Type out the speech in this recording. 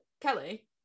Kelly